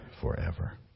forever